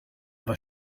have